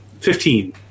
fifteen